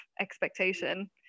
expectation